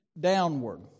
downward